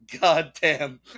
goddamn